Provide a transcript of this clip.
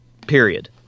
period